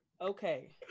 okay